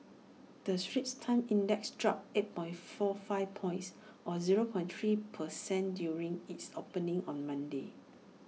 the straits times index dropped eight point four five points or zero point three per cent during its opening on Monday